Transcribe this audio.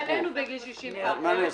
הלוואי עלינו בגיל 60 להיראות כמוך.